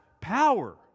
power